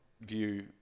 view